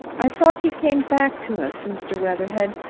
i thought he came back to us, mr. weatherhead,